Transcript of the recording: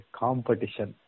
competition